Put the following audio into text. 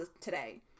today